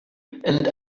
and